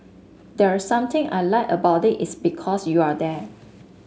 there's something I like about it because you're there